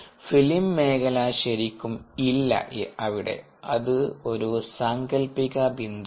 film മേഖല ശരിക്കും ഇല്ല അവിടെ അത് ഒരു സാങ്കൽപ്പിക ബിന്ദു ആണ്